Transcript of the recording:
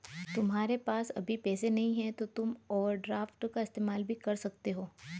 तुम्हारे पास अभी पैसे नहीं है तो तुम ओवरड्राफ्ट का इस्तेमाल भी कर सकते हो